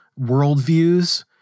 worldviews